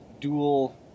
dual